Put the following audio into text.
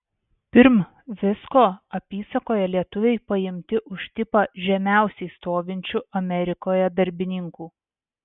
pirm visko apysakoje lietuviai paimti už tipą žemiausiai stovinčių amerikoje darbininkų